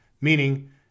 meaning